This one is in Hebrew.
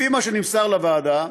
לפי מה שנמסר לוועדה,